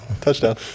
Touchdown